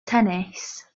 tennis